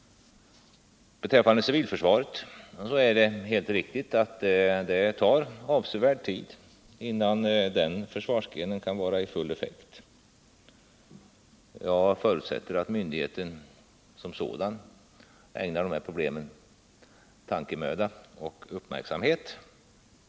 Beträffande civilförsvaret är det helt riktigt att det tar avsevärd tid innan den totalförsvarsgrenen kan nå full effekt. Jag förutsätter att myndigheten som sådan ägnar dessa problem tankemöda och uppmärksamhet.